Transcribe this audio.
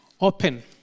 open